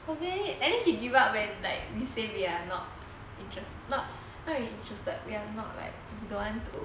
oh man at least they give up when like they say we are not interested not really interested we are not like don't want to